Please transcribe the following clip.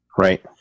Right